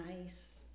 nice